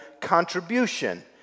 contribution